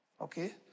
okay